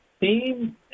team